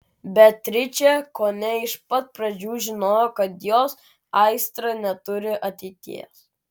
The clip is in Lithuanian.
beatričė kone iš pat pradžių žinojo kad jos aistra neturi ateities